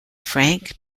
frank